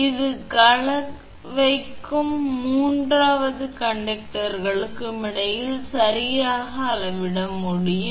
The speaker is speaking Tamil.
இந்த கலவைக்கும் மூன்றாவது கண்டக்டர்க்கும் இடையில் சரியாக அளவிட முடியும்